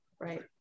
Right